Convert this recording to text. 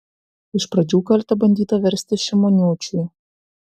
iš pradžių kaltę bandyta versti šimoniūčiui